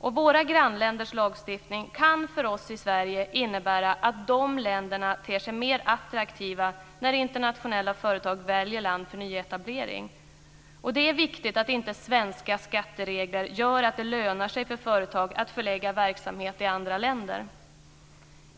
Våra grannländers lagstiftning kan för oss i Sverige innebära att de länderna ter sig mer attraktiva när internationella företag väljer land för nyetablering. Det är viktigt att inte svenska skatteregler gör att det lönar sig för företag att förlägga verksamheter i andra länder.